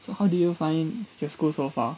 how did you find your school so far